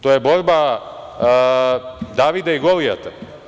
To je borba Davida i Golijata.